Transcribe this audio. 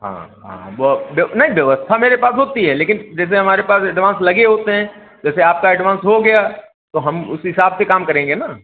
हाँ हाँ वह अब नहिं व्यवस्था मेरे पास होती है लेकिन जैसे हमारे पास एडवांस लगे होते हैं जैसे आपका एडवांस हो गया तो हम उस हिसाब से काम करेंगे ना